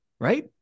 Right